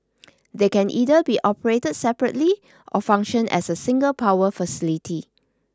they can either be operated separately or function as a single power facility